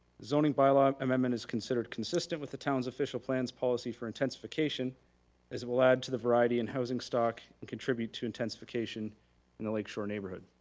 zoning bylaw amendment is considered consistent with the town's official plans policy for intensification as it will add to the variety in housing stock, and contribute to intensification in the lake shore neighborhood.